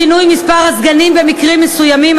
שינוי מספר הסגנים במקרים מסוימים),